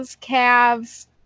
calves